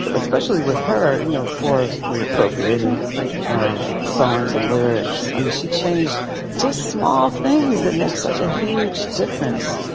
especially with her. you know, for me, appropriating ah songs and lyrics i mean, she changed just small things that make such a huge difference